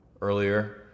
earlier